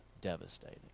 devastating